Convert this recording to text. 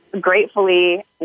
gratefully